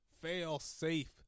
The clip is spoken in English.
fail-safe